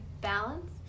Balance